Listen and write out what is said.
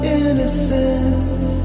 innocence